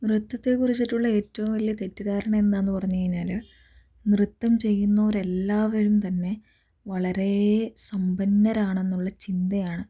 നൃത്തത്തെ കുറിച്ചിട്ടുള്ള ഏറ്റവും വലിയ തെറ്റിധാരണ എന്താന്ന് പറഞ്ഞു കഴിഞ്ഞാല് നൃത്തം ചെയ്യുന്നോരെല്ലാവരും തന്നെ വളരെ സമ്പന്നരാണെന്നുള്ള ചിന്തയാണ്